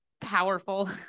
powerful